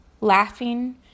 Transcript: laughing